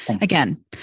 Again